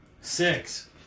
Six